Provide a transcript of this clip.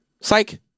psych